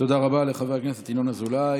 תודה רבה לחבר הכנסת ינון אזולאי.